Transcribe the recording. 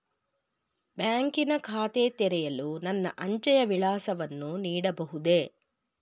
ಬ್ಯಾಂಕಿನ ಖಾತೆ ತೆರೆಯಲು ನನ್ನ ಅಂಚೆಯ ವಿಳಾಸವನ್ನು ನೀಡಬಹುದೇ?